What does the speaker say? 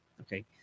okay